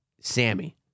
Sammy